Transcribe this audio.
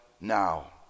now